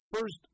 first